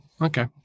Okay